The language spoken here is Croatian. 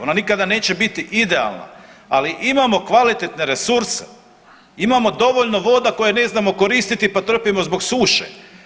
Ona nikada neće biti idealna ali imamo kvalitetne resurse, imamo dovoljno voda koje ne znamo koristiti pa trpimo zbog suše.